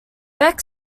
beck